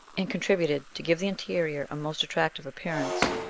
and contributed to give the interior a most attractive appearance,